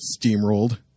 steamrolled